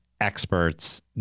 experts